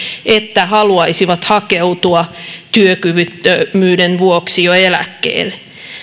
että haluaisivat hakeutua työkyvyttömyyden vuoksi jo eläkkeelle